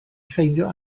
ffeindio